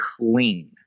clean